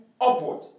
upward